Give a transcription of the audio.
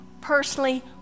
personally